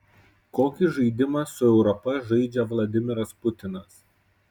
kokį žaidimą su europa žaidžia vladimiras putinas